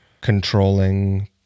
controlling